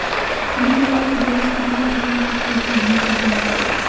UPI के जरिए कितना रकम तक पैसा भेज सको है?